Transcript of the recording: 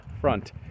front